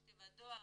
יש תיבת דואר,